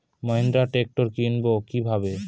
Mahindra tractor কিনবো কি ভাবে?